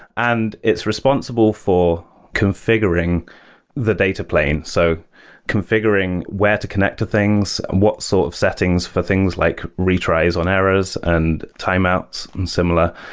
and it's responsible for configuring the data plane. so configuring where to connect to things, what sort of settings for things like retries on errors and timeouts and similar,